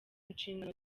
inshingano